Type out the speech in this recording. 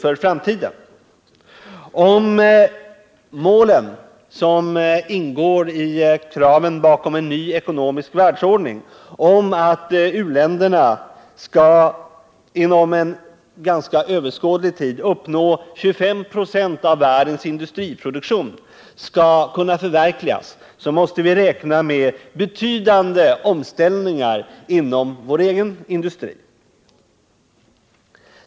Om målen skall kunna förverkligas som ingår i kraven bakom en ny ekonomisk världsordning, nämligen att u-länderna skall inom en ganska överskådlig tid uppnå 25 96 av världens industriproduktion, måste vi räkna med betydande omställningar inom vår egen industri.